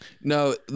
No